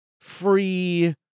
free